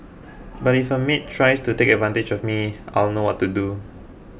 but if a maid tries to take advantage of me I'll know what to do